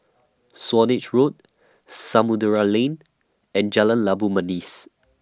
Swanage Road Samudera Lane and Jalan Labu Manis